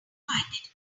find